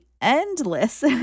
endless